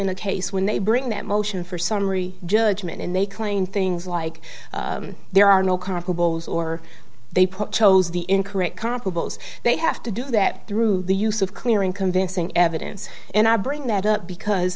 in a case when they bring that motion for summary judgment and they claim things like there are no comparables or they put chose the incorrect comparables they have to do that through the use of clear and convincing evidence and i bring that up because